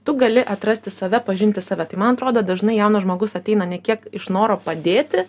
tu gali atrasti save pažinti save tai man atrodo dažnai jaunas žmogus ateina ne kiek iš noro padėti